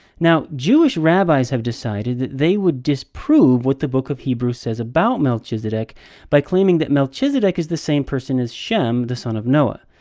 now, jewish rabbis have decided that they would disprove what the book of hebrews says about melchizedek by claiming that melchizedek is the same person as shem, the son of noah.